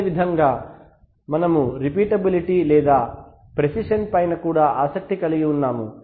అదేవిధంగా మేము రిపిటబిలిటీ లేదా ప్రెసిషన్ పైన కూడా ఆసక్తి కలిగి ఉన్నాము